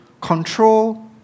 control